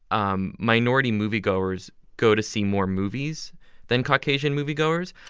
um minority moviegoers go to see more movies than caucasian moviegoers.